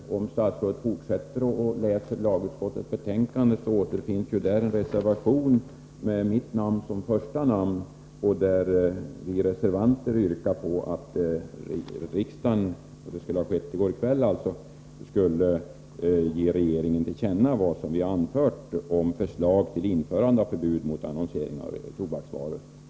Om statsrådet fortsätter att läsa lagutskottets betänkande återfinner hon där en reservation med mitt namn som första namn. Vi reservanter yrkade att riksdagen i går kväll som sin mening skulle ge regeringen till känna vad vi hade anfört om förslag till införande av förbud mot annonsering av tobaksvaror.